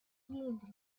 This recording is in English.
cleaned